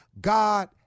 God